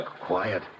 Quiet